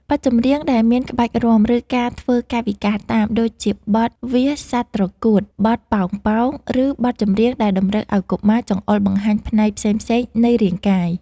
បទចម្រៀងដែលមានក្បាច់រាំ ឬការធ្វើកាយវិការតាម ដូចជាបទ វាសសត្វត្រកួត បទ ប៉ោងៗ ឬបទចម្រៀងដែលតម្រូវឱ្យកុមារចង្អុលបង្ហាញផ្នែកផ្សេងៗនៃរាងកាយ